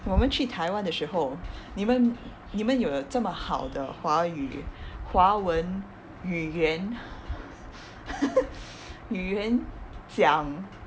我们去台湾的时候你们你们有这么好的华语华文语言语言讲